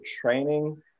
training –